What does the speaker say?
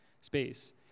space